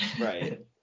Right